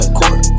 court